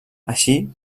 així